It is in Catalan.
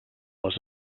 les